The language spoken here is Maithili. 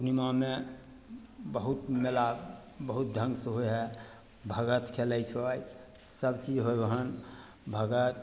पूर्णिमामे बहुत मेला बहुत ढङ्गसँ होइ हइ भगत खेलय छथि सबचीज होइ हन भगत